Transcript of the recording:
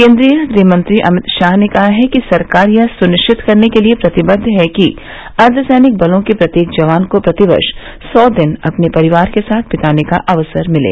केन्दीय गृहमंत्री अमित शाह ने कहा है कि सरकार यह सुनिश्चित करने के प्रति प्रतिबद्व है कि अर्द्धसैनिक बलों के प्रत्येक जवान को प्रतिवर्ष सौ दिन अपने परिवार के साथ बिताने का अक्सर मिले